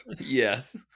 Yes